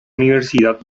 universidad